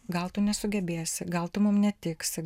gal tu nesugebėsi gal tu mum netiksi